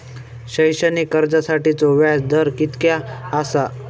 शैक्षणिक कर्जासाठीचो व्याज दर कितक्या आसा?